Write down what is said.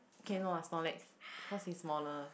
K no ah Snorlax cause he smaller